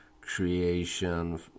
creation